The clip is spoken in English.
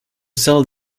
sell